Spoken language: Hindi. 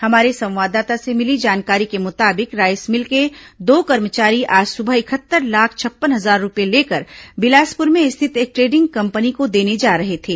हमारे संवाददाता से मिली जानकारी के मुताबिक राईस मिल के दो कर्मचारी आज सुबह इकतत्तर लाख छप्पन हजार रूपये लेकर बिलासपुर में स्थित एक ट्रेडिंग कंपनी को देने जा रहे थे